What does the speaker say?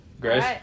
Grace